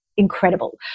incredible